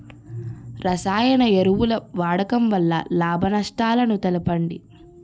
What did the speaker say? రసాయన ఎరువుల వాడకం వల్ల లాభ నష్టాలను తెలపండి?